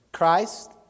Christ